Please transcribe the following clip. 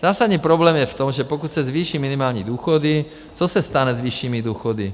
Zásadní problém je v tom, že pokud se zvýší minimální důchody, co se stane s vyššími důchody?